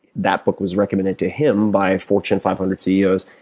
that book was recommended to him by fortune five hundred ceos.